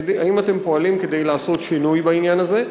האם אתם פועלים כדי לעשות שינוי בעניין הזה?